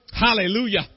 Hallelujah